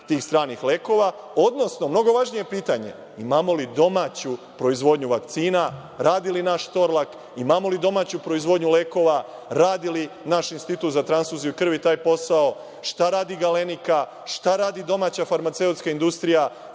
tih stranih lekova, odnosno mnogo važnije pitanje – imamo li domaću proizvodnju vakcina, radi li naš „Torlak“, imamo li domaću proizvodnju lekova, radi li naš Institut za transfuziju krvi taj posao, šta radi „Galenika“, šta radi domaća farmaceutska industrija,